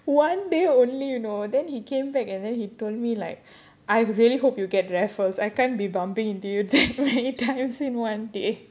one day only you know then he came back and then he told me like I really hope you get raffles I can't be bumping into you that many times in one day